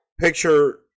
Picture